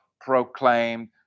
proclaimed